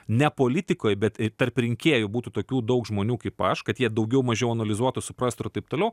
ne politikoj bet tarp rinkėjų būtų tokių daug žmonių kaip aš kad jie daugiau mažiau analizuotų suprastų ir taip toliau